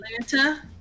Atlanta